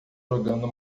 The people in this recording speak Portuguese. jogando